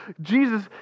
Jesus